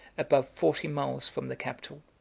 above forty miles from the capital.